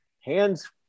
hands